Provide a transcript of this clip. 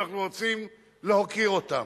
אנחנו רוצים להוקיר אותם,